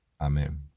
Amen